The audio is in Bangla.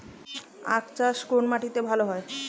আখ চাষ কোন মাটিতে ভালো হয়?